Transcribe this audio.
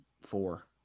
four